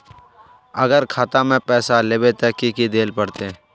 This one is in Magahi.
अगर खाता में पैसा लेबे ते की की देल पड़ते?